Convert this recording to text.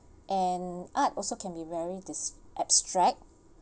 and art also can be very dis~ abstract